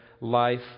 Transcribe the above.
life